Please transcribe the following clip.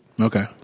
Okay